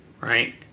right